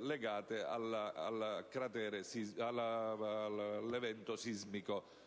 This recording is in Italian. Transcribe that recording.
legate all'evento sismico: una